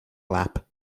lap